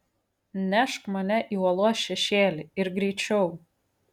nešk mane į uolos šešėlį ir greičiau